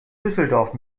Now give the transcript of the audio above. düsseldorf